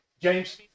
James